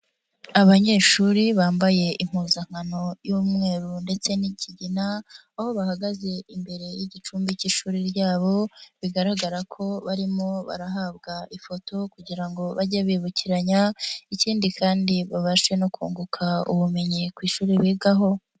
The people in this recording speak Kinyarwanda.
Abanyeshuri bambaye impuzankano y'umweru ndetse n'ikigina aho bahagaze imbere y'igicumbi k'ishuri ryabo bigaragara ko barimo barahabwa ifoto kugira ngo bajye bibukiranya ikindi kandi babashe no kunguka ubumenyi ku ishuri bigaho.